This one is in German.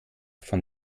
von